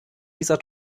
dieser